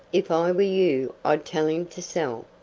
if i were you i'd tell him to sell,